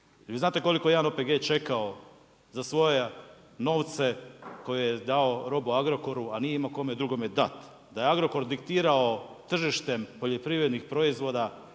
vi znate koliko je jedan OPG čekao za svoje novce koje je dao robu Agrokoru, a nije imao kome drugome dat. Da je Agrokor diktirao tržištem poljoprivrednih proizvoda,